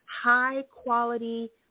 high-quality